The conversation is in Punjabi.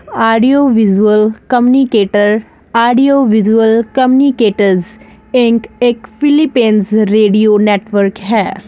audio visual communicator audio visual communicator Inc ਇੱਕ ਫਿਲੀਪੇਨਜ਼ ਰੇਡੀਓ ਨੈੱਟਵਰਕ ਹੈ